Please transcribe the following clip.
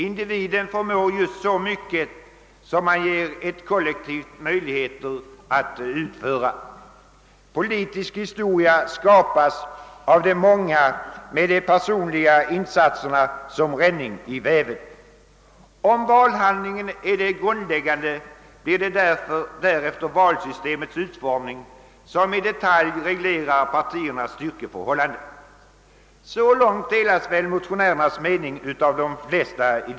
Individen förmår just så mycket som han ger ett kollektiv möjligheter att utföra; politisk historia skapas av de många med de personliga insatserna som ränning i väven. Om valhandlingen är det grundläggande blir det därefter valsystemets utformning, som i detalj reglerar partiernas styrkeförhållanden.» Så långt delas väl motionärernas mening av de flesta.